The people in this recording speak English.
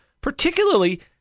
Particularly